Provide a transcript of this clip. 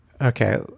okay